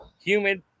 humid